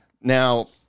Now